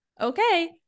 okay